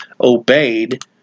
obeyed